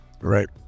Right